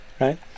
right